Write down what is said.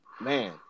man